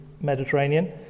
Mediterranean